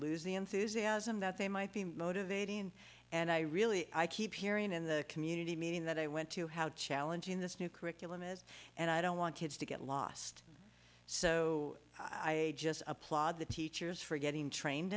lose the enthusiasm that they might be motivating and i really i keep hearing in the community meeting that i went to how challenging this new curriculum is and i don't want kids to get lost so i just applaud the teachers for getting trained